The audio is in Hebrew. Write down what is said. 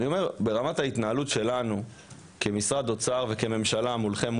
אני אומר שברמת ההתנהלות שלנו כמשרד אוצר וכממשלה מולכם,